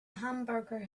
hamburger